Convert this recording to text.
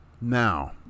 Now